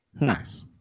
Nice